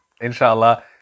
inshallah